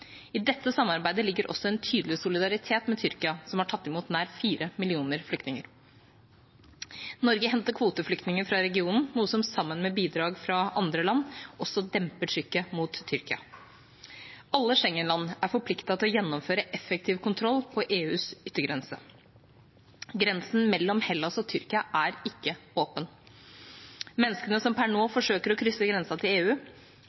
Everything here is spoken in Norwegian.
I dette samarbeidet ligger også en tydelig solidaritet med Tyrkia, som har tatt imot nær fire millioner flyktninger. Norge henter kvoteflyktninger fra regionen, noe som sammen med bidrag fra andre land også demper trykket på Tyrkia. Alle Schengen-land er forpliktet til å gjennomføre effektiv kontroll på EUs yttergrense. Grensen mellom Hellas og Tyrkia er ikke åpen. Menneskene som per nå forsøker å krysse grensen til EU,